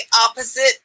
opposite